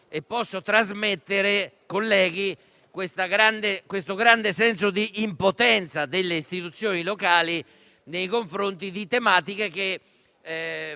e posso trasmettere il grande senso di impotenza delle istituzioni locali nei confronti di tematiche che